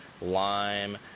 lime